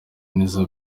neza